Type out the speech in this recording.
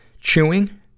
Chewing